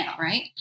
Right